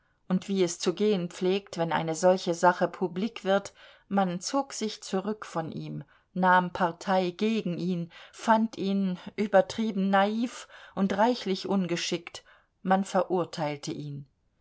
und wie es zu gehen pflegt wenn eine solche sache publik wird man zog sich zurück von ihm nahm partei gegen ihn fand ihn übertrieben naiv und reichlich ungeschickt man verurteilte ihn